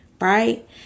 Right